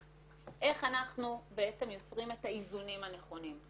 איך אנחנו יוצרים את האיזונים הנכונים.